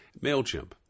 MailChimp